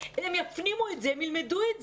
הם יפנימו את זה,